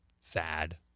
sad